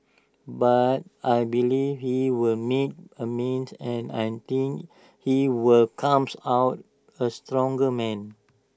but I believe he will make amends and I think he will comes out A stronger man